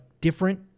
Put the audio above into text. different